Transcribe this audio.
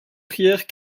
prières